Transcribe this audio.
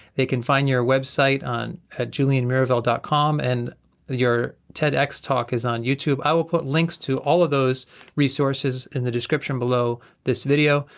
they can find your website on at julienmirivel dot com and your tedx talk is on youtube. i will put links to all of those resources in the description below this video.